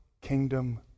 kingdom